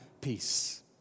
peace